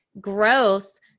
growth